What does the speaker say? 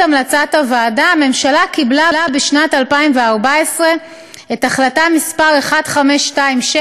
הממשלה קיבלה בשנת 2014 את החלטה מס' 1526,